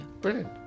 Brilliant